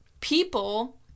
people